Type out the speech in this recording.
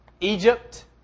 Egypt